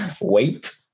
wait